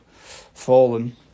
fallen